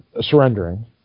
surrendering